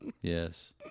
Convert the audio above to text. Yes